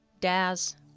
Daz